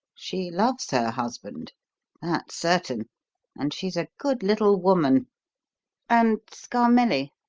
she loves her husband that's certain and she's a good little woman and, scarmelli!